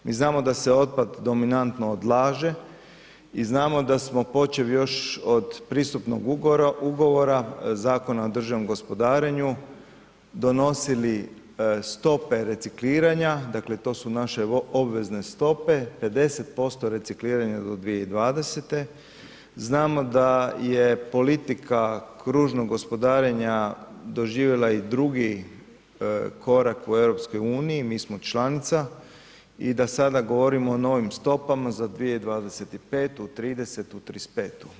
Mi znamo da se otpad dominantno odlaže i znamo da smo počeli još od pristupnog ugovora, Zakona o državnom gospodarenju, donosili stope recikliranja, dakle to su naše obvezne stope, 50% recikliranja do 2020., znamo da je politika kružnog gospodarenja doživjela i drugi korak u EU, mi smo članica i da sada govorimo o novim stopama za 2025., '30., '35.